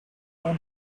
known